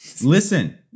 Listen